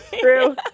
True